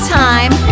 time